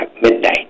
midnight